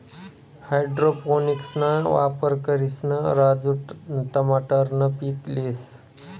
हाइड्रोपोनिक्सना वापर करिसन राजू टमाटरनं पीक लेस